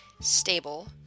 stable